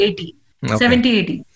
80-70-80